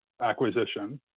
acquisition